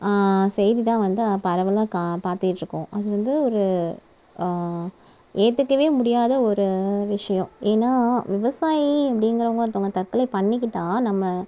செய்திதான் வந்து பரவலாக கா பார்த்துகிட்டு இருக்கோம் அது வந்து ஒரு ஏற்றுக்கவே முடியாத ஒரு விஷயம் ஏன்னா விவசாயி அப்படிங்கிறவங்க ஒருத்தவங்க தற்கொலை பண்ணிக்கிட்டா நம்ம